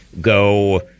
go